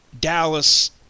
Dallas